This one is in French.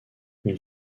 une